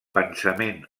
pensament